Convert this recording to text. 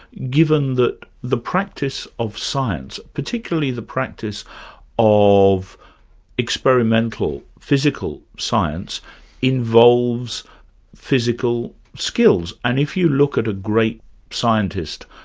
given that the practice of science, particularly the practice of experimental, physical science involves physical skills. and if you look at a great scientist,